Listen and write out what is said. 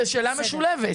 זאת שאלה משולבת.